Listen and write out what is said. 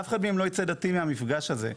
אף אחד מהם לא ייצא דתי מהמפגש הזה.